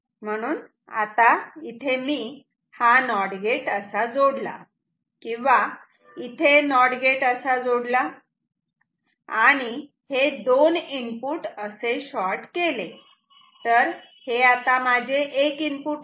म्हणून आता इथे मी हा नॉट गेट असा जोडला किंवा इथे नॉट गेट असा जोडला आणि हे दोन इनपुट असे शॉर्ट केले तर हे माझे एक इनपुट आहे